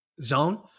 zone